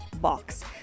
Box